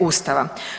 Ustava.